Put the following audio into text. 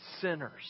sinners